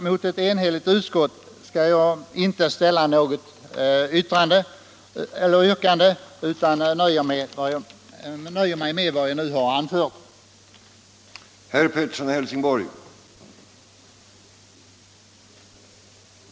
Mot ett enhälligt utskott skall jag inte ställa något yr 2 december 1975 kande, utan jag nöjer mig med vad jag nu har anfört. drink r